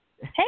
Hey